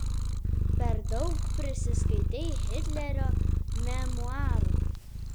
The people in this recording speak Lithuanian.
per daug prisiskaitei hitlerio memuarų